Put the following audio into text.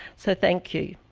so, thank you.